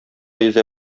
йөзә